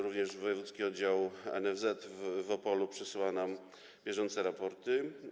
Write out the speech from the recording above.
Również wojewódzki oddział NFZ w Opolu przesyła nam bieżące raporty.